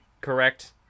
correct